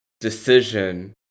decision